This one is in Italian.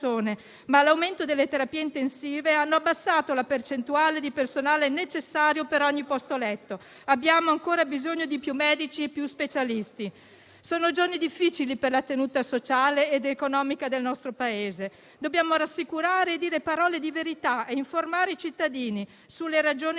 ma l'aumento delle terapie intensive ha abbassato la percentuale di personale per ogni posto letto. Abbiamo ancora bisogno di più medici e più specialisti. Sono giorni difficili per la tenuta sociale ed economica del nostro Paese. Dobbiamo rassicurare, dire parole di verità ed informare i cittadini sulle ragioni